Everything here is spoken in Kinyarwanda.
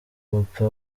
papa